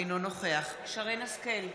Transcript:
אינו נוכח שרן השכל,